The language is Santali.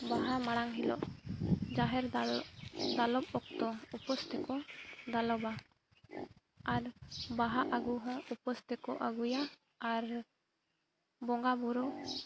ᱵᱟᱦᱟ ᱢᱟᱲᱟᱝ ᱦᱤᱞᱳᱜ ᱡᱟᱦᱮᱨ ᱫᱟᱞᱚᱵ ᱫᱟᱞᱚᱵ ᱚᱠᱛᱚ ᱩᱯᱟᱹᱥ ᱛᱮᱠᱚ ᱫᱟᱞᱚᱵᱟ ᱟᱨ ᱵᱟᱦᱟ ᱟᱹᱜᱩ ᱦᱚᱸ ᱩᱯᱟᱹᱥ ᱛᱮᱠᱚ ᱟᱹᱜᱩᱭᱟ ᱟᱨ ᱵᱚᱸᱜᱟ ᱵᱳᱨᱳ